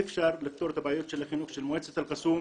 אי-אפשר לפתור את הבעיות של החינוך של מועצת אל קאסום,